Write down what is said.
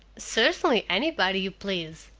certainly, anybody you please,